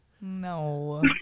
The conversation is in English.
No